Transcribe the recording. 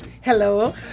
Hello